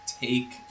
take